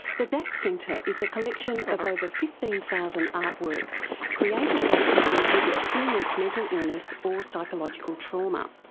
the dax centre is a collection of over fifteen thousand artworks created by people who've experienced mental illness or psychological trauma.